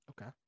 Okay